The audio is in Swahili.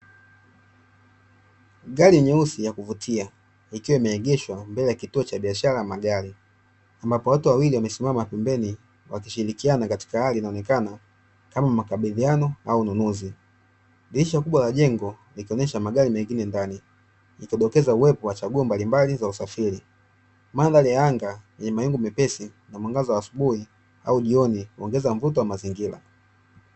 Gari nyeusi ya kuvutia, ikiwa imeegeshwa mbele ya kituo cha biashara ya magari, ambapo watu wawili wamesimama pembeni wakishirikiana katika hali inayoonekana kama makabidhiano au ununuzi. Dirisha kubwa la jengo likionesha magari mengine ndani, likidokeza uwepo wa chaguo mbalimbali za usafiri. Mandhari ya anga ni mawingu mepesi ya mwangaza wa asubuhi au jioni, kuongeza mvuto wa mazingira.